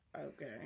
Okay